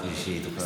אני תמיד מקשיבה לך.